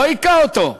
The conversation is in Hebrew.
לא הכה אותו,